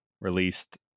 released